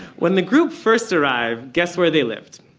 when the group first arrived, guess where they lived,